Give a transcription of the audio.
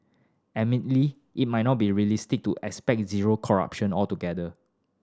admittedly it might not be realistic to expect zero corruption altogether